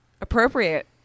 Appropriate